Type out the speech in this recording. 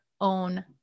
own